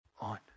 on